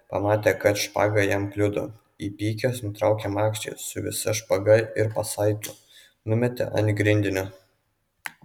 pamatė kad špaga jam kliudo įpykęs nutraukė makštį su visa špaga ir pasaitu numetė ant grindinio